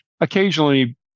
Occasionally